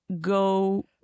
go